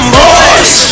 boys